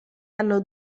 hanno